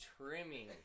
trimming